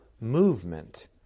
movement